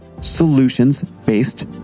solutions-based